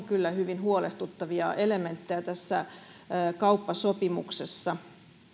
kyllä hyvin huolestuttavia elementtejä tässä kauppasopimuksessa